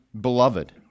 beloved